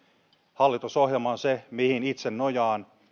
hallitusohjelma on se mihin itse nojaan